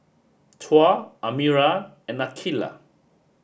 Tuah Amirah and Aqilah